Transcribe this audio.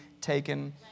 taken